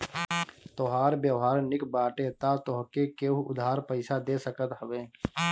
तोहार व्यवहार निक बाटे तअ तोहके केहु उधार पईसा दे सकत हवे